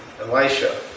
Elisha